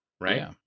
right